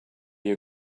you